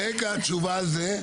רגע, תשובה על זה.